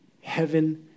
heaven